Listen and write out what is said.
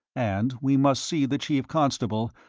and we must see the chief constable,